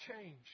change